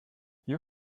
you